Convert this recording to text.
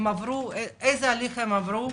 איזה הליך הם עברו?